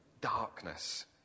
darkness